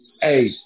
Hey